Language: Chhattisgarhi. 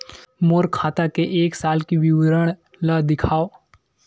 मोर खाता के एक साल के विवरण ल दिखाव?